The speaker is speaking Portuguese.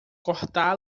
cortá